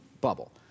bubble